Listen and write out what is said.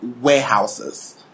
Warehouses